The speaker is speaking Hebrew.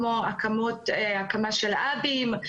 כמו הקמה של האבים,